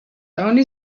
only